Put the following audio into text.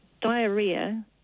diarrhea